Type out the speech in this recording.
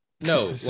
No